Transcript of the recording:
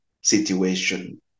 situation